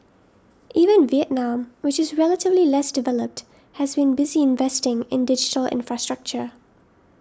even Vietnam which is relatively less developed has been busy investing in digital infrastructure